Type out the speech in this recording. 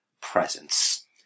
presence